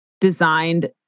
designed